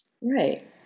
Right